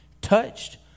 touched